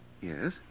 yes